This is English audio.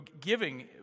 giving